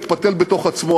מתפתל בתוך עצמו,